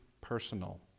personal